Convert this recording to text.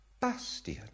Bastian